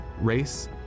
race